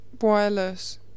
Wireless